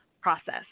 process